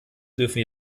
dürfen